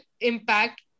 impact